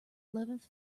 eleventh